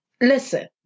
Listen